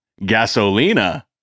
gasolina